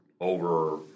Over